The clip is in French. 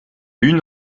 une